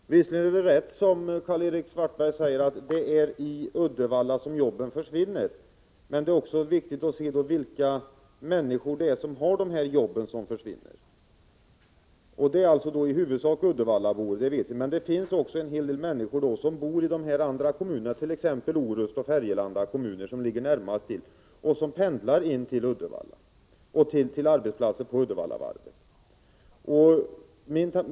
Herr talman! Visserligen är det rätt, som Karl-Erik Svartberg säger, att det är i Uddevalla som jobben försvinner, men det är också viktigt vilka människor det är som har dessa jobb. Det är i huvudsak uddevallabor, det vet vi, men det finns också ganska många människor som bor i andra kommuner —t. ex Orust och Färgelanda, som ligger närmast till — och som pendlar in till arbetsplatsen på Uddevallavarvet.